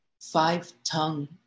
five-tongue